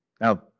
Now